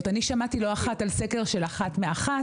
אני לא שמעתי לא אחת על סקר של "אחת מאחת",